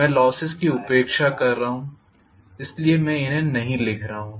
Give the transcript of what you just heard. मैं लोसेस की उपेक्षा कर रहा हूं इसलिए मैं इन्हें नहीं लिख रहा हूं